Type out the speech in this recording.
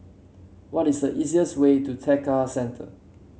what is the easiest way to Tekka Centre